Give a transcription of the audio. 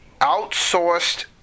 outsourced